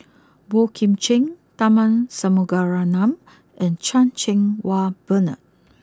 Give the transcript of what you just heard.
Boey Kim Cheng Tharman Shanmugaratnam and Chan Cheng Wah Bernard